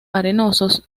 arenosos